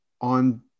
on